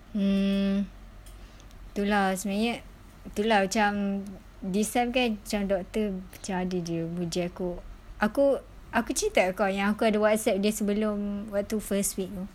um tu lah sebenarnya tu lah macam this sem~ kan macam doctor macam ada jer aku aku aku cerita kau yang aku ada Whatsapp dia sebelum waktu first week tu